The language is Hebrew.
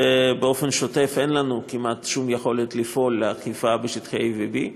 באופן שוטף אין לנו כמעט שום יכולת לפעול לאכיפה בשטחי A ו-B,